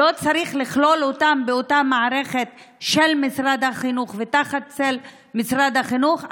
לא צריך לכלול אותם באותה מערכת של משרד החינוך ותחת צל משרד החינוך?